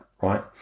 right